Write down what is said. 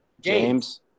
James